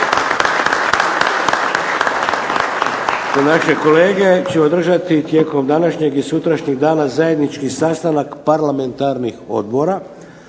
naše kolege će održati tijekom današnjeg i sutrašnjeg dana zajednički sastanak parlamentarnih odbora